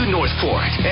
Northport